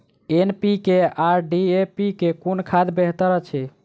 NPK आ DAP मे कुन खाद बेहतर अछि?